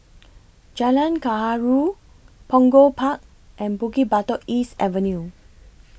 Jalan Gaharu Punggol Park and Bukit Batok East Avenue